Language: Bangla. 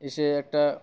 এসে একটা